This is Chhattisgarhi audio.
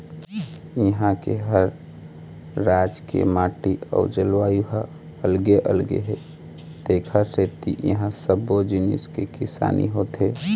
इहां के हर राज के माटी अउ जलवायु ह अलगे अलगे हे तेखरे सेती इहां सब्बो जिनिस के किसानी होथे